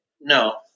no